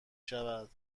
شود